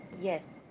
Yes